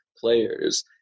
players